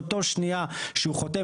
באותה שנייה שהוא חותם,